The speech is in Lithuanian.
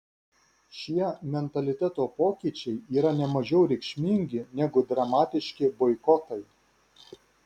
šie mentaliteto pokyčiai yra ne mažiau reikšmingi negu dramatiški boikotai